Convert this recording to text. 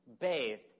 bathed